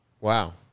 Wow